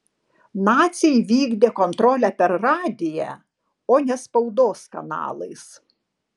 naciai vykdė kontrolę per radiją o ne spaudos kanalais